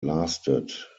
lasted